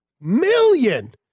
million